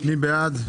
מי בעד?